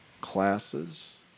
classes